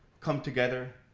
come together,